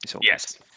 yes